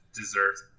deserves